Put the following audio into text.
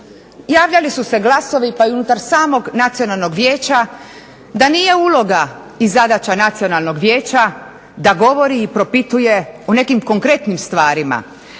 javljali su se glasovi pa i unutar samog Nacionalnog vijeća da nije uloga i zadaća Nacionalnog vijeća da govori i propituje o nekim konkretnim stvarima,